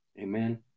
Amen